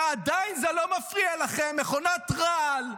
ועדיין זה לא מפריע לכם, מכונת רעל,